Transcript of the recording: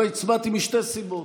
לא הצבעתי משתי סיבות.